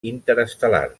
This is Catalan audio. interestel·lar